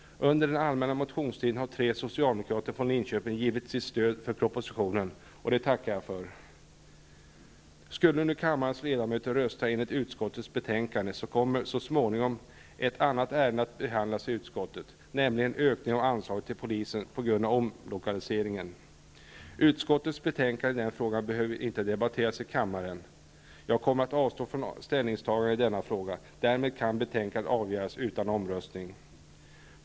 Under den allmänna motionstiden har tre socialdemokrater från Linköping givit sitt stöd för propositionen, och det tackar jag för. Skulle nu kammarens ledamöter rösta enligt utskottets betänkande kommer så småningom ett annat ärende att behandlas i utskottet, nämligen en ökning av anslaget till polisen på grund av omlokaliseringen. Utskottets betänkande i den frågan behöver inte debatteras i kammaren, eftersom jag kommer att avstå från ställningstagande i denna fråga. Därmed kan betänkandet avgöras utan omröstning.